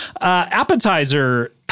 Appetizer